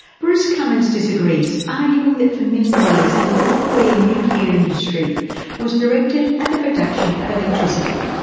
bruce cumings disagrees, arguing that for many years the north korean nuclear industry was directed at the production of electricity.